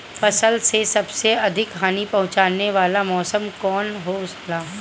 फसल के सबसे अधिक हानि पहुंचाने वाला मौसम कौन हो ला?